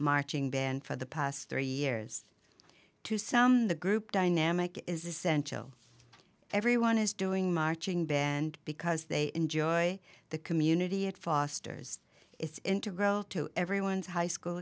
marching band for the past three years to some the group dynamic is essential everyone is doing marching band because they enjoy the community it fosters it's integral to everyone's high school